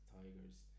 Tigers